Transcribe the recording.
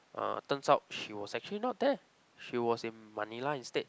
uh turns out she was actually not there she was in Manila instead